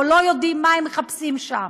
או לא יודעים מה הם מחפשים שם.